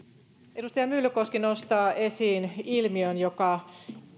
edustaja myllykoski nostaa esiin ilmiön joka